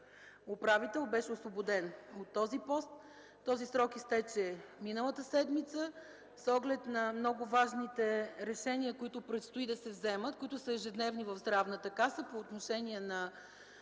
управител беше освободен от този пост. Този срок изтече миналата седмица. С оглед на много важните решения, които предстои да се вземат, които са ежедневни в Здравната каса по отношение на